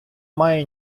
має